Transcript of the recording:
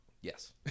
Yes